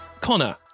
Connor